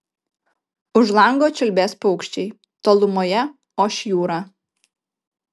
už lango čiulbės paukščiai tolumoje oš jūra